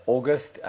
August